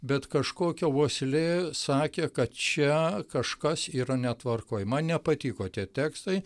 bet kažkokia uoslė sakė kad čia kažkas yra netvarkoj man nepatiko tie tekstai